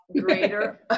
greater